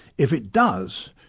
if it does,